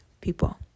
people